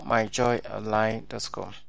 MyJoyOnline.com